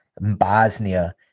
Bosnia